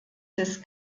des